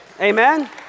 Amen